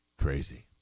Crazy